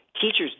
Teachers